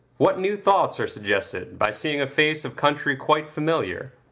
what new thoughts are suggested by seeing a face of country quite familiar,